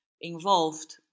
involved